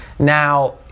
Now